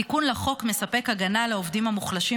התיקון לחוק מספק הגנה לעובדים המוחלשים